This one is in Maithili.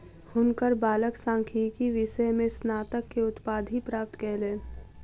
हुनकर बालक सांख्यिकी विषय में स्नातक के उपाधि प्राप्त कयलैन